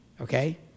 okay